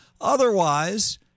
Otherwise